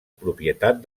propietat